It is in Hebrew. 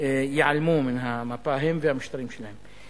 ייעלמו מהמפה, הם והמשטרים שלהם.